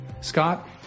Scott